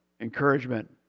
encouragement